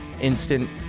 Instant